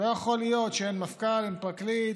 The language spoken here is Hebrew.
לא יכול להיות שאין מפכ"ל, אין פרקליט,